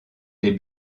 les